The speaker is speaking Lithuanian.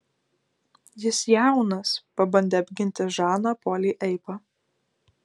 jis jaunas pabandė apginti žaną polį eiva